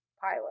pilot